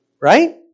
right